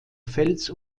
fels